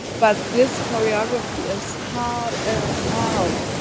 but this choreography is hard as hell!